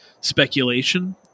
speculation